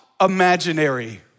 imaginary